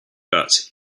that